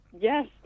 Yes